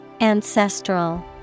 Ancestral